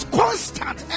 constant